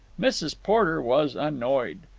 mrs. porter was annoyed.